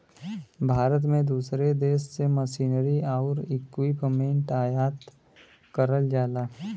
भारत में दूसरे देश से मशीनरी आउर इक्विपमेंट आयात करल जाला